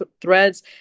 threads